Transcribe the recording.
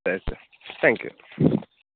ಸರಿ sir thank you